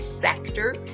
sector